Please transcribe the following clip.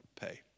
pay